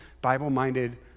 Bible-minded